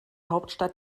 hauptstadt